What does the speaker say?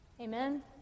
Amen